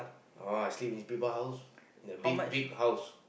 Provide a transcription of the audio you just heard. oh I sleep in people house the big big house